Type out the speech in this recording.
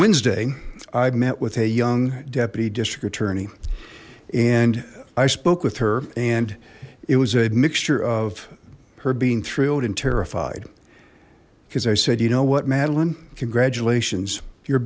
wednesday i've met with a young deputy district attorney and i spoke with her and it was a mixture of her being thrilled and terrified because i said you know what madeline congratulations you're